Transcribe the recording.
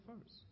first